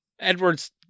Edwards